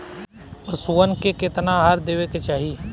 पशुअन के केतना आहार देवे के चाही?